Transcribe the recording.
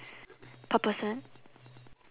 per person